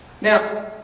Now